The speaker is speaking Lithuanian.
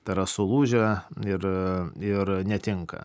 tai yra sulūžę ir ir netinka